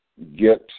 Get